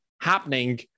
happening